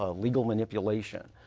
ah legal manipulation,